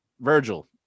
Virgil